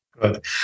Good